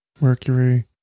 Mercury